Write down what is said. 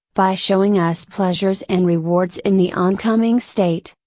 by showing us pleasures and rewards in the oncoming state,